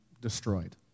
destroyed